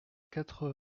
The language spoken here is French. quatre